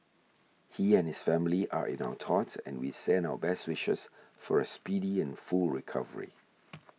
he and his family are in our thoughts and we send our best wishes for a speedy and full recovery